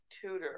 tutor